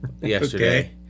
yesterday